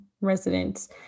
residents